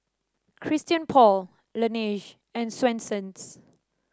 Christian Paul Laneige and Swensens